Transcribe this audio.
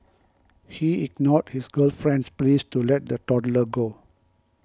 he ignored his girlfriend's pleas to let the toddler go